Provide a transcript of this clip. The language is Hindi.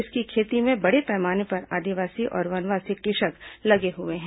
इसकी खेती में बड़े पैमाने पर आदिवासी और वनवासी कृषक लगे हुए हैं